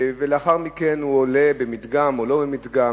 ולאחר מכן עולה במדגם, או לא במדגם,